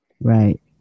Right